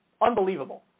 Unbelievable